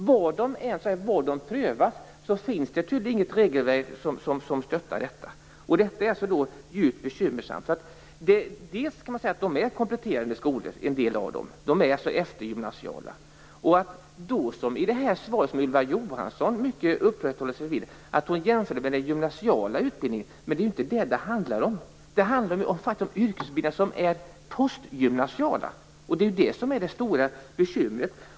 Var de än prövas finns det tydligen inget regelverk som stöttar detta. Det är djupt bekymmersamt. Man kan säga att en del av dem är eftergymnasiala kompletterande skolor. Ylva Johansson upprätthåller sig mycket i sitt svar med att jämföra dessa skolor med den gymnasiala utbildningen. Men det är inte det som det handlar om! Det handlar de facto om yrkesutbildningar som är postgymnasiala. Det är ju det som är det stora bekymret.